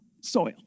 soil